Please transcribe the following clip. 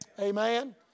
Amen